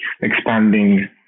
expanding